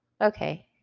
okay